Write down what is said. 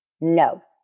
No